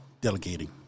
delegating